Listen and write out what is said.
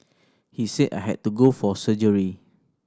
he said I had to go for surgery